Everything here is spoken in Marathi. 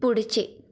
पुढचे